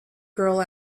girl